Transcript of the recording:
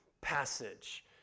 passage